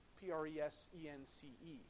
P-R-E-S-E-N-C-E